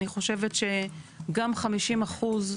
אני חושבת שגם חמישים אחוז,